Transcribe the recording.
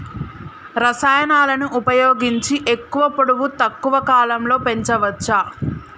రసాయనాలను ఉపయోగించి ఎక్కువ పొడవు తక్కువ కాలంలో పెంచవచ్చా?